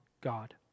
God